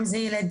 גם אם זה ילדים,